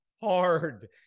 hard